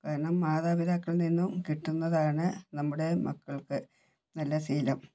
കാരണം മാതാപിതാക്കളിൽ നിന്നും കിട്ടുന്നതാണ് നമ്മുടെ മക്കൾക്ക് നല്ല ശീലം